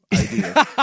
idea